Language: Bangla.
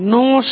নমস্কার